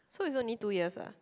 so is only two years ah